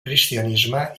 cristianisme